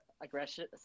aggression